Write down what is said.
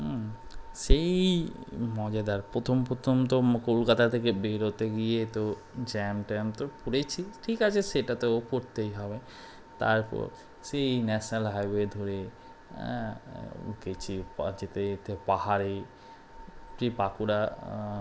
সেই মজাদার প্রথম প্রথম তো কলকাতা থেকে বেরোতে গিয়ে তো জ্যাম ট্যাম তো পড়েছি ঠিক আছে সেটা তো পড়তেই হবে তারপর সেই ন্যাশনাল হাইওয়ে ধরে হ্যাঁ গেছি যেতে যেতে পাহাড়ে বাঁকুড়া